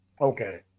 Okay